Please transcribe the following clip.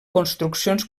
construccions